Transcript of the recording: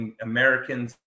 Americans